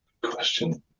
Question